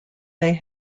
they